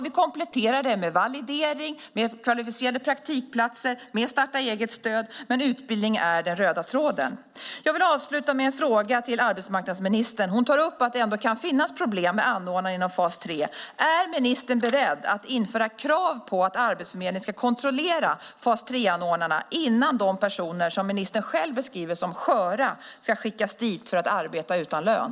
Vi kompletterar det med validering, med kvalificerade praktikplatser, med starta-eget-stöd, men utbildningen är den röda tråden. Jag vill avsluta med en fråga till arbetsmarknadsministern. Hon tar upp att det ändå kan finnas problem med anordnare inom fas 3. Är ministern beredd att införa krav på att Arbetsförmedlingen ska kontrollera fas 3-anordnarna innan de personer som ministern själv beskriver som sköra ska skickas dit för att arbeta utan lön?